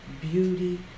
beauty